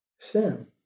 Sin